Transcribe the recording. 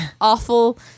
awful